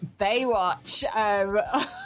Baywatch